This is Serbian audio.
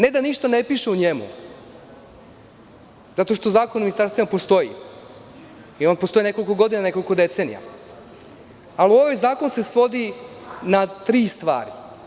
Ne da ništa ne piše u njemu, zato što Zakon o ministarstvima postoji i on postoji nekoliko godina, nekoliko decenija, ali ovaj zakon se svodi na tri stvari.